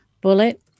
bullet